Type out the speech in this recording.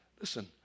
Listen